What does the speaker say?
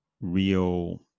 real